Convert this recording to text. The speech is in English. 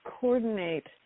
coordinate